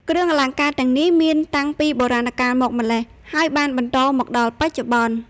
គ្រឿងអលង្ការទាំងនេះមានតាំងពីបុរាណកាលមកម្ល៉េះ ហើយបានបន្តមកដល់បច្ចុប្បន្ន។